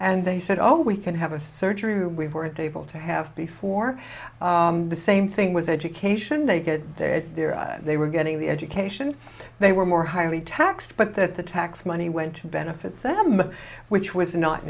and they said oh we can have a surgery we weren't able to have before the same thing was education they get that they were getting the education they were more highly taxed but that the tax money went to benefit them which was not